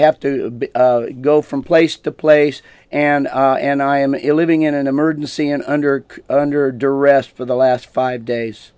have to go from place to place and and i am eluding in an emergency and under under duress for the last five days